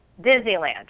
Disneyland